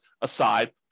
aside